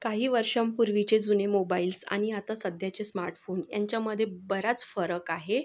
काही वर्षांपूर्वीचे जुने मोबाईल्स आणि आता सध्याचे स्मार्टफोन यांच्यामध्ये बराच फरक आहे